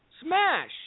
Smash